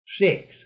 six